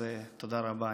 תודה רבה.